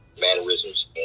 mannerisms